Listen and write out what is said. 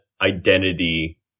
identity